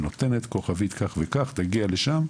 קודם כל,